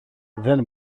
δεν